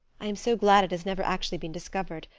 i am so glad it has never actually been discovered.